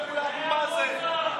לכו לאבו מאזן.